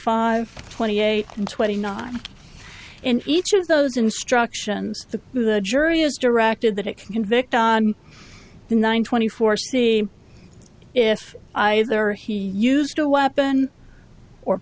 five twenty eight and twenty nine and each of those instructions to the jury is directed that it can convict on the one twenty four see if i were he used a weapon or